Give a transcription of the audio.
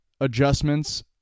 adjustments